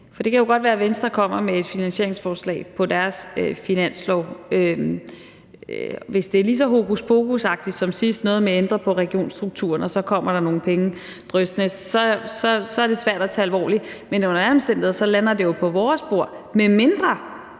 Det kan jo godt være, at Venstre kommer med et finansieringsforslag på deres finanslov. Hvis det er lige så hokuspokusagtigt som sidst, noget med at ændre på regionsstrukturen, og så kommer der nogle penge dryssende, så er det svært at tage alvorligt. Men under alle omstændigheder lander det jo på vores bord, medmindre